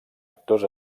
actors